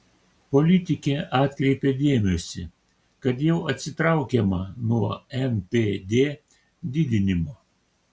politikė atkreipė dėmesį kad jau atsitraukiama nuo npd didinimo